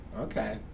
Okay